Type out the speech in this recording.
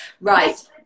Right